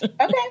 Okay